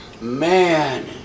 Man